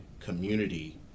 community